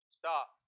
stop